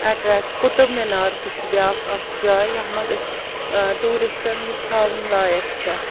attract Qutub Minar تہِ چھُ بیٛاکھ اَکھ جاے یَتھ منٛز أسۍ ٹوٗرِسٹَن یُس ہاوُن لایق چھےٚ